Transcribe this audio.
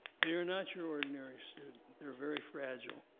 they are not your ordinary student, they're very fragile.